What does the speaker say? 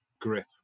grip